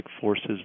forces